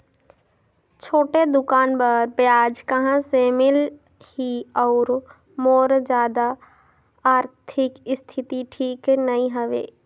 छोटे दुकान बर ब्याज कहा से मिल ही और मोर जादा आरथिक स्थिति ठीक नी हवे?